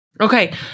Okay